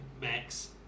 Max